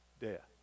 death